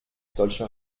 solche